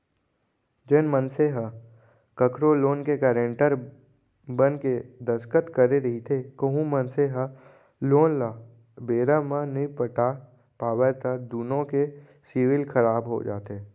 जेन मनसे ह कखरो लोन के गारेंटर बनके दस्कत करे रहिथे कहूं मनसे ह लोन ल बेरा म नइ पटा पावय त दुनो के सिविल खराब हो जाथे